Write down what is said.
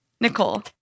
Nicole